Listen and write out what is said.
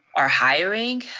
our hiring,